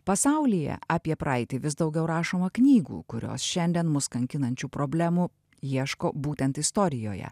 pasaulyje apie praeitį vis daugiau rašoma knygų kurios šiandien mus kankinančių problemų ieško būtent istorijoje